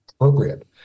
appropriate